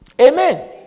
Amen